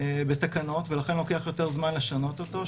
בתקנות ולכן לוקח יותר זמן לשנות אותו.